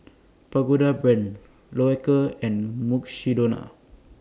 Pagoda Brand Loacker and Mukshidonna